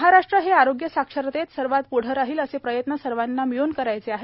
महाराष्ट्र हे आरोग्य साक्षरतेत सर्वात पृढे राहील असे प्रयत्न सर्वांना मिळून करायचे आहेत